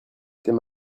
etait